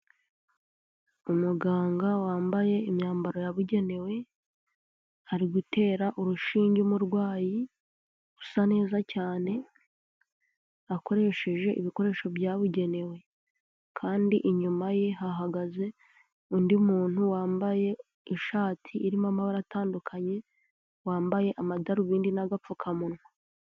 Umuganga wambaye imyambaro yabugenewe ari gutera urushinge umurwayi usa neza cyane akoresheje ibikoresho byabugenewe kandi inyuma ye hahagaze undi muntu wambaye ishati irimo amabara atandukanye, wambaye amadarubindi n'agapfukamunwa.